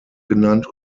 genannt